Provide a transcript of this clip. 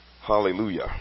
Hallelujah